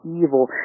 evil